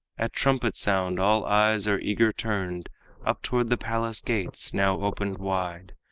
at trumpet-sound all eyes are eager turned up toward the palace gates, now open wide,